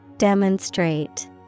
Demonstrate